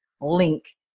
link